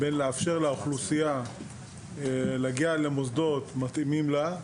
בין לאפשר לאוכלוסייה להגיע למוסדות מתאימים לה,